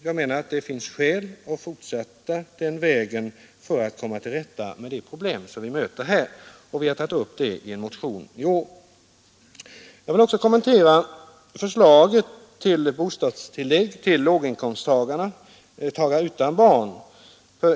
Jag tycker det finns skäl att fortsätta på den vägen för att söka komma till rätta med de problem som här möter, och vi har tagit upp den frågan i en motion i år. Jag vill också kommentera förslaget till bostadstillägg för låginkomsttagare utan barn.